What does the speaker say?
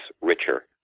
richer